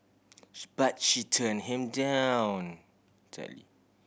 she but she turn him down